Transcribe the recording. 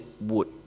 wood